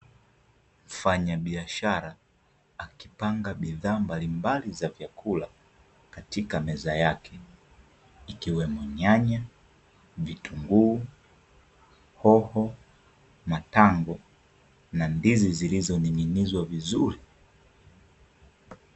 Mfanyabiashara akipanga bidhaa mbalimbali za vyakula katika meza yake ikiwemo nyanya, vitunguu, hoho, matango, na ndizi zilizo ning'inizwa vizuri.